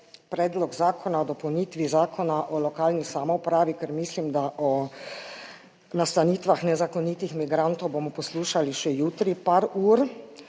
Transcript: Predlog zakona o dopolnitvi Zakona o lokalni samoupravi, ker mislim, da o nastanitvah nezakonitih migrantov bomo poslušali še jutri par ur,